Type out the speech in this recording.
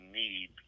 need